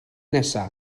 nesaf